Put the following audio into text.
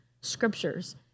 scriptures